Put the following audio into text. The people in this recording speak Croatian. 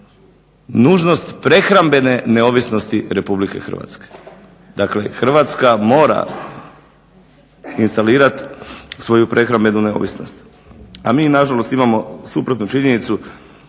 nužnost prehrambene neovisnosti RH. Dakle, Hrvatska mora instalirat svoju prehrambenu neovisnost. A mi nažalost imamo suprotnu činjenicu